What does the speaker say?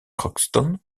crockston